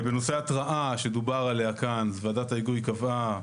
בנושא התרעה שדובר עליה כאן, ועדת ההיגוי קבעה